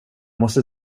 måste